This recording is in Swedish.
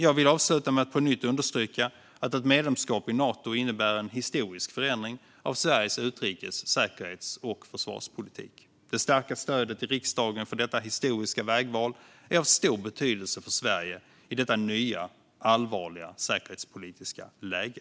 Jag vill avsluta med att på nytt understryka att ett medlemskap i Nato innebär en historisk förändring av Sveriges utrikes, säkerhets och försvarspolitik. Det starka stödet i riksdagen för detta historiska vägval är av stor betydelse för Sverige i detta nya, allvarliga säkerhetspolitiska läge.